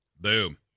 boom